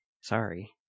sorry